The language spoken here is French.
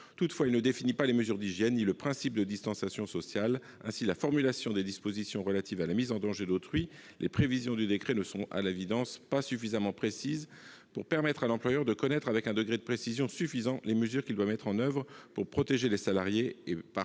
Toutefois, il ne définit pas les mesures d'hygiène, ni le principe de distanciation sociale. Ainsi, la formulation des dispositions relatives à la mise en danger d'autrui, les prévisions du décret ne sont à l'évidence pas suffisamment précises pour permettre à l'employeur de connaître les mesures qu'il doit mettre en oeuvre pour protéger les salariés et, partant,